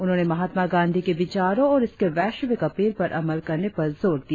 उन्होंने महात्मा गांधी के विचारों और इसके वैश्विक अपील पर अमल करने पर जोर दिया